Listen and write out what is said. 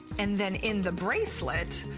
and then in the bracelet,